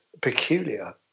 peculiar